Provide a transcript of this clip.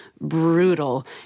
brutal